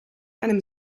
einem